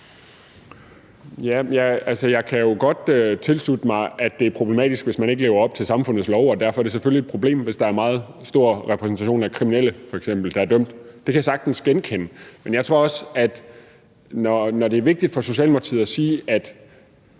jeg kan jo godt tilslutte mig, at det er problematisk, hvis man ikke lever op til samfundets love. Og derfor er det selvfølgelig et problem, hvis der f.eks. er meget stor repræsentation af kriminelle, der er dømt. Det kan jeg sagtens genkende. Men jeg tror også, at det er vigtigt for Socialdemokratiet at sige, at